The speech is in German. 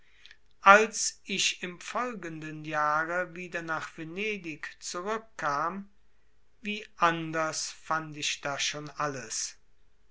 als ich im folgenden jahre wieder nach venedig zurückkam wie anders fand ich da schon alles